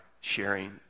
sharing